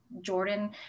Jordan